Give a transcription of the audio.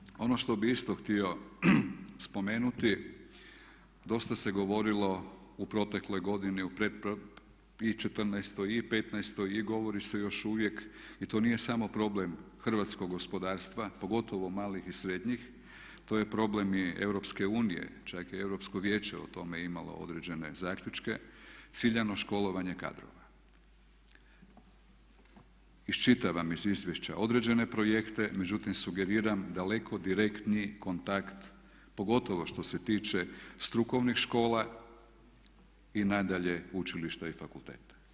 U cjelini ono što bih isto htio spomenuti dosta se govorilo u protekloj godini i '14.-oj i '15.-oj i govori se još uvijek i to nije samo problem hrvatskog gospodarstva, pogotovo malih i srednjih, to je problem i Europske unije, čak je i Europsko vijeće o tome imalo određene zaključke, ciljano školovanje kadrova, iščitavam iz izvješća, određene projekte, međutim, sugeriram daleko direktniji kontakt pogotovo što se tiče strukovnih škola i nadalje učilišta i fakulteta.